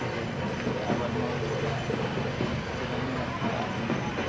जायनोखि आबाद मावोब्ला नों गोबां मुलाम्फा आरजिनो हायो